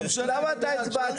למה הצבעת?